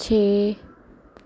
ਛੇ